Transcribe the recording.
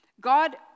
God